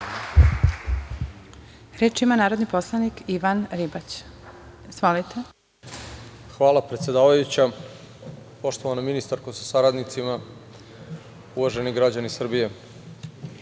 Reč ima narodni poslanik Ivan Ribać. **Ivan Ribać** Hvala predsedavajuća. Poštovana ministarko sa saradnicima, uvaženi građani Srbije. Pred